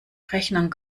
rechnen